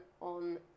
on